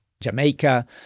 Jamaica